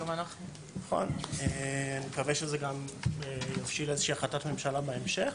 אני מקווה שזה גם יבשיל איזושהי החלטת ממשלה בהמשך.